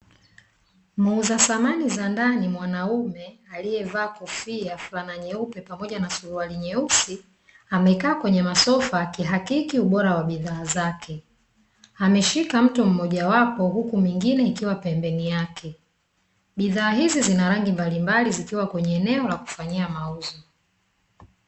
Muuza samani za ndani mwanaume aliye vaa kofia, fulana na suruali nyeusi amekaa kwenye masofa akihakiki ubora wa bidhaa zake, ameshika mto mmoja wapo huku mingine ikifa pembeni bidhaa hizi zina rangi mbalimbali zikiwa kwenye eneo la kufanyia mauzo